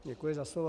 Děkuji za slovo.